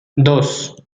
dos